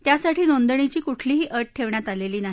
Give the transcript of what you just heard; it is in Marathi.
त्यासाठी नोंदणीची कुठलीही अट ठेवण्यात आलेली नाही